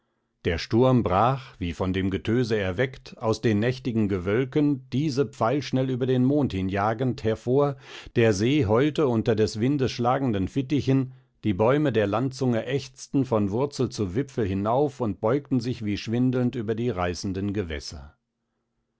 der sturm brach wie von dem getöse erweckt aus den nächtigen gewölken diese pfeilschnell über den mond hinjagend hervor der see heulte unter des windes schlagenden fittichen die bäume der landzunge ächzten von wurzel zu wipfel hinauf und beugten sich wie schwindelnd über die reißenden gewässer